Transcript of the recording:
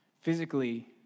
physically